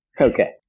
Okay